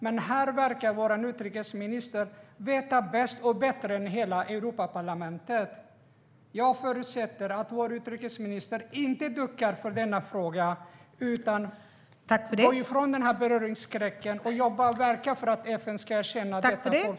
Men här verkar vår utrikesminister veta bäst, och bättre än hela Europaparlamentet. Jag förutsätter att vår utrikesminister inte duckar för denna fråga utan går ifrån denna beröringsskräck och jobbar och verkar för att FN ska erkänna detta folkmord.